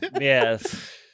Yes